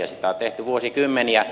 sitä on tehty vuosikymmeniä